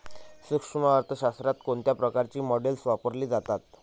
सूक्ष्म अर्थशास्त्रात कोणत्या प्रकारची मॉडेल्स वापरली जातात?